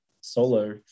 solo